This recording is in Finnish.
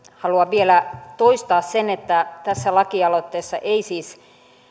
haluan vielä toistaa sen että tässä lakialoitteessa ei siis